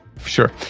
Sure